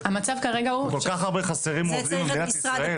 חסרים כל כך הרבה עובדים במדינת ישראל.